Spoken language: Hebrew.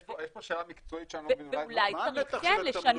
יש פה שאלה מקצועית שאני לא מבין --- אולי צריך כן לשנות